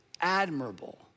admirable